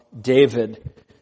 David